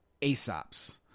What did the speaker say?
Aesop's